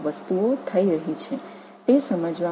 எவ்வளவு படிப்படியாக விஷயங்கள் நடக்கிறதா